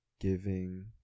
giving